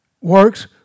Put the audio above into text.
Works